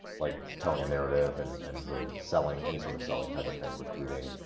like telling a narrative and and really selling, any sort of selling type of thing, recruiting,